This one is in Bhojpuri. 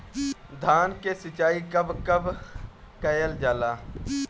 धान के सिचाई कब कब कएल जाला?